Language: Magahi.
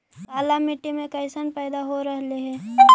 काला मिट्टी मे कैसन पैदा हो रहले है?